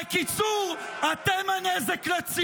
בקיצור, אתם הנזק לציבור.